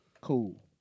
Cool